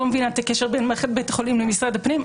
אני לא מבינה את הקשר בין מערכת בית החולים למשרד הפנים,